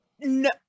no